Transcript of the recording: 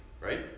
right